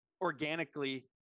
organically